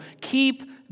Keep